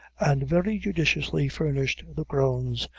and very judiciously furnished the groans,